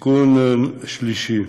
תיקון שלישי,